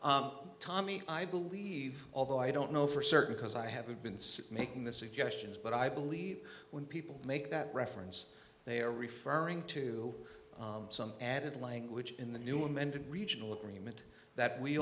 committee tommy i believe although i don't know for certain because i haven't been since making the suggestions but i believe when people make that reference they are referring to some added language in the new amended regional agreement that we